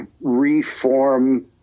reform